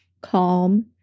calm